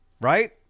right